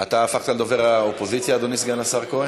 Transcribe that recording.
אתה הפכת לדובר האופוזיציה, אדוני סגן השר כהן?